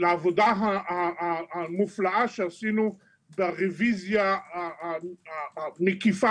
לעבודה המופלאה שעשינו והרביזיה המקיפה